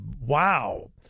wow